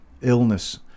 illness